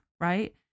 right